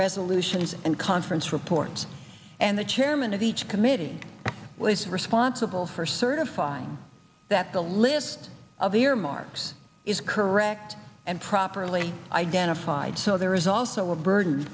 resolutions and conference reports and the chairman of each committee was responsible for certifying that the list of earmarks is correct and properly identified so there is also a burden